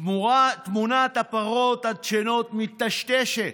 תמונת הפרות הדשנות מיטשטשת,